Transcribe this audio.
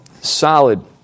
solid